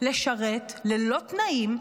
לשרת ללא תנאים,